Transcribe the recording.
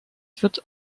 wird